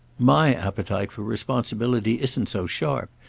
my appetite for responsibility isn't so sharp,